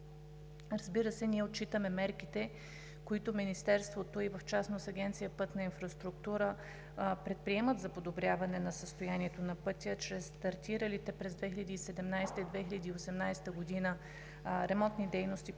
придвижването. Ние отчитаме мерките, които Министерството и в частност Агенция „Пътна инфраструктура“ предприемат, за подобряване на състоянието на пътя чрез стартиралите през 2017-а и 2018 г. ремонтни дейности